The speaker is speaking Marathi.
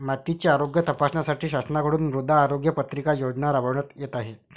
मातीचे आरोग्य तपासण्यासाठी शासनाकडून मृदा आरोग्य पत्रिका योजना राबविण्यात येत आहे